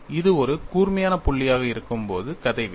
இது ஒரு கூர்மையான புள்ளியாக இருக்கும்போது கதை வேறு